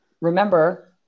remember